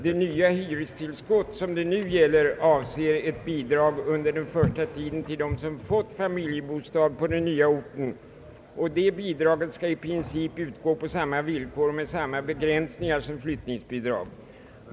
Det nu aktuella hyrestillskottet avser bidrag under den första tiden till den som fått familjebostad på den nya orten och skall i princip utgå på samma villkor och med samma begränsningar som flyttningsbidrag.